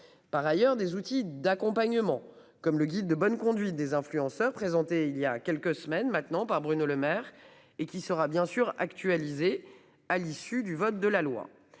Par ailleurs, des outils d'accompagnement comme le guide de bonne conduite des influenceurs présenté il y a quelques semaines maintenant par Bruno Lemaire et qui sera bien sûr actualisé à l'issue du vote de la loi,